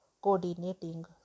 coordinating